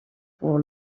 pour